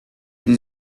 this